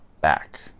back